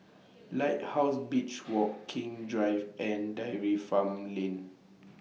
Lighthouse Beach Walk King's Drive and Dairy Farm Lane